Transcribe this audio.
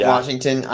Washington